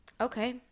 Okay